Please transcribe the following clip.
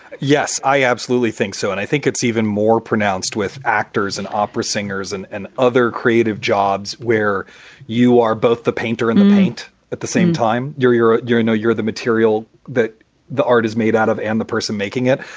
yes, i absolutely think so. and i think it's even more pronounced with actors and opera singers and and other creative jobs where you are both the painter and the paint at the same time. you're you're you're no, you're the material. but the art is made out of and the person making it.